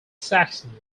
saxon